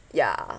ya